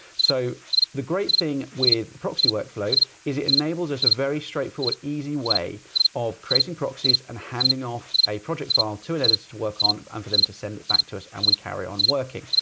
so the great thing with the proxy work flow is it enables us a very straightforward easy way of creating proxies and handing off a project file to an editor to work on and for them to send it back to us, and we carry on working.